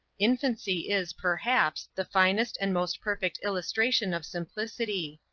infancy, is perhaps, the finest and most perfect illustration of simplicity.